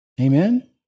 Amen